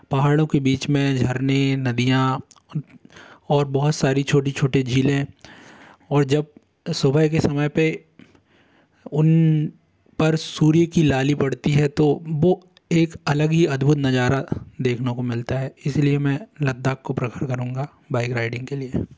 पहाड़ों के बीच में झरने नदियाँ और बहुत सारी छोटी छोटी झीलें और जब सुबह के समय पर उन पर सूर्य की लाली पड़ती है तो वो एक अलग ही अदभुत नज़ारा देखने को मिलता है इसी लिए मैं लद्दाख को प्रफर करूँगा बाइक राइडिंग के लिए